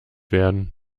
werden